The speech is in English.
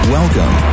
Welcome